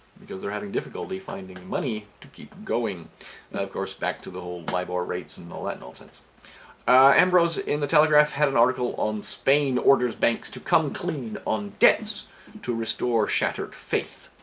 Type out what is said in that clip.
because they are having difficulty finding money to keep going of course back to the whole libor rates and and all that nonsense ambrose in the telegraph had an article spain orders banks to come clean on debts to restore shattered faith